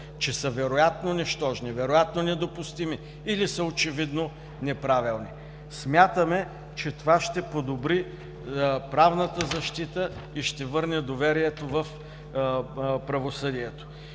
че са вероятно нищожни, вероятно недопустими, или са очевидно неправилни. Смятаме, че това ще подобри правната защита и ще върне доверието в правосъдието.